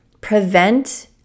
prevent